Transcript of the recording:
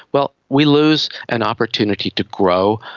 well, we lose an opportunity to grow,